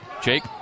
Jake